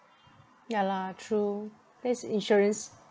ya lah true that's insurance